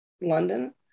London